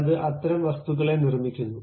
അത് അത്തരം വസ്തുക്കളെ നിർമ്മിക്കുന്നു